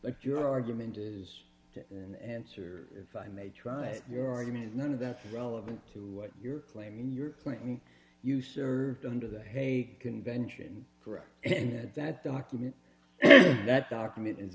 is an answer if i may try it your argument is none of that relevant to what you're claiming you're claiming you served under the hague convention correct and that document that document is